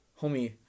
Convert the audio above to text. homie